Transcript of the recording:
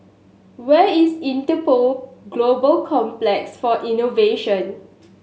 where is Interpol Global Complex for Innovation